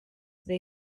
they